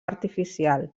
artificial